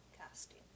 casting